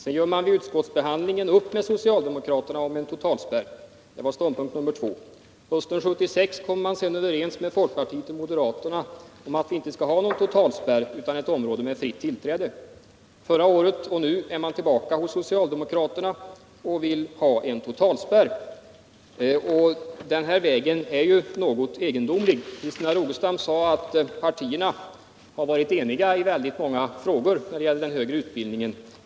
Sedan gjorde man vid utskottsbehandlingen upp med socialdemokraterna om en totalspärr — det var ståndpunkt nr 2. Hösten 1976 kom man sedan överens med folkpartiet och moderaterna om att vi inte skall ha någon totalspärr utan ett område med fritt tillträde. Förra året och nu är man tillbaka hos socialdemokraterna och vill ha en totalspärr. Den här vägen är ju något egendomlig. Christina Rogestam sade att partierna har varit eniga i väldigt många frågor när det gäller den högre utbildningen.